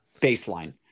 Baseline